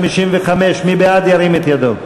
נגד, ירים את ידו.